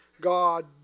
God